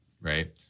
Right